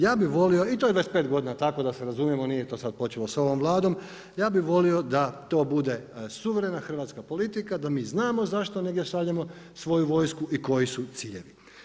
Ja bih volio, i to je 25 godina tako, da se razumijemo, nije to sada počelo sa ovom Vladom, ja bih volio da to bude suverena hrvatska politika, da mi znamo zašto negdje šaljemo svoju vojsku i koji su ciljevi.